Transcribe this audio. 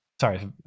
sorry